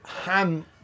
ham